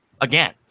Again